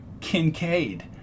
Kincaid